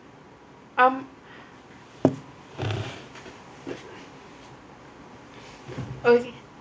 um okay